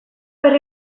berri